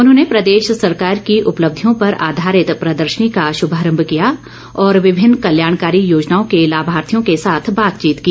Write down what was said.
उन्होंने प्रदेश सरकार की उपलब्धियों पर आधारित प्रदर्शनी का शुभारम्भ किया और विभिन्न कल्याणकारी योजनाओं के लाभार्थियों के साथ बातचीत की